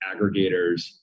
aggregators